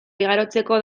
igarotzeko